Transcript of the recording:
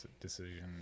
decision